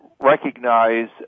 recognize